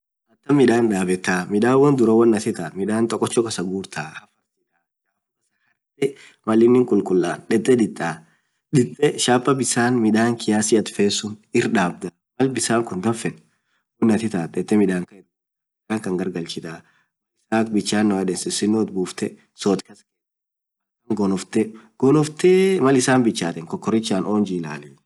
middaan akaam dabetta, middaan tokkocho kassa gurtaa, malin kulkullay ditee bissan shapat buftee kiasii atin feet irrdabdaa ,mal bissan danfeen middaan it gurtaa gonoftee gargalchitaa, sisino itbuftee gonoftee mall iniin bichaat kokorechaan onjii illal.